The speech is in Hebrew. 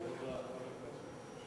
חבר הכנסת,